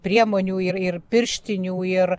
priemonių ir ir pirštinių ir